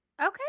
Okay